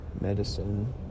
medicine